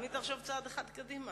תמיד תחשוב צעד אחד קדימה.